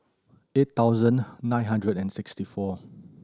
eight thousand nine hundred and sixty four